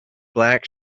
black